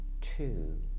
two